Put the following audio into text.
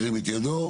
ירים את ידו.